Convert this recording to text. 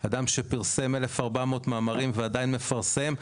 אדם שפרסם 1,400 מאמרים ועדיין מפרסם,